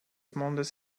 mondes